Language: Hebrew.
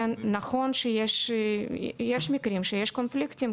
נכון שיש מקרים שיש קונפליקטים,